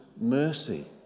mercy